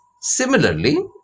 similarly